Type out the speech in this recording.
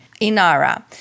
INARA